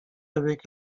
avec